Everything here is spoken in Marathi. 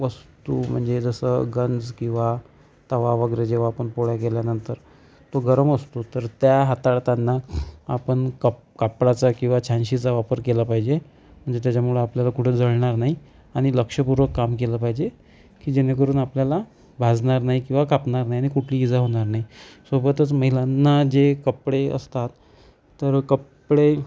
वस्तू म्हणजे जसं गंज किंवा तवा वगैरे जेव्हा आपण पोळ्या केल्यानंतर तो गरम असतो तर त्या हाताळताना आपण कप कपड्याचा किंवा छ्यानशीचा वापर केला पाहिजे ज्याच्यामुळे आपल्याला कुठं जळणार नाही आणि लक्षपूर्वक काम केलं पाहिजे की जेणेकरून आपल्याला भाजणार नाही किंवा कापणार नाही आणि कुठली इजा होणार नाही सोबतच महिलांना जे कपडे असतात तर कपडे